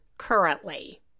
Currently